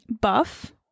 Buff